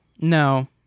No